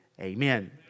amen